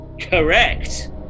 Correct